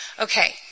okay